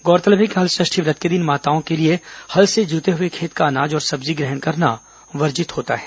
गौरतलब है कि हलषष्ठी व्रत के दिन माताओं के लिए हल से जुते हुए खेत का अनाज और सब्जी ग्रहण करना वर्जित होता है